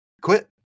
quit